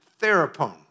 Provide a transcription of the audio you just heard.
therapon